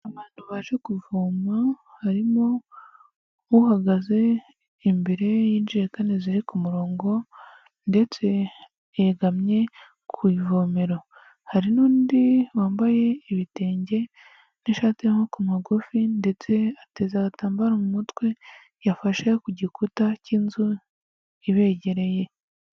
Abantu baje kuvoma harimo uhagaze imbere y'injerekani ziri ku murongo ndetse yegamye ku ivomero. Hari n'undi wambaye ibitenge n'ishati y'amaboko magufi ndetse ateze agatambaro mu mutwe yafashe ku gikuta cy'inzu ibegereye.